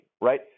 right